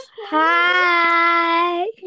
Hi